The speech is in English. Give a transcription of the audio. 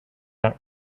that